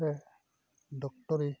ᱨᱮ ᱰᱚᱠᱴᱚᱨᱤ